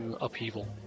upheaval